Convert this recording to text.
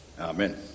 Amen